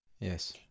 Yes